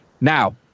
now